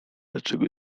dlaczego